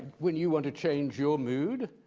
when you want to change your mood,